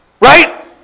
right